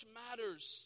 matters